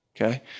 okay